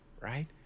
right